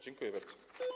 Dziękuję bardzo.